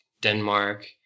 denmark